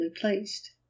placed